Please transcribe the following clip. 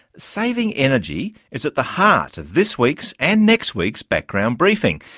saving energy is at the heart of this weeks, and next week's background briefing.